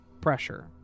pressure